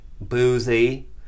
Boozy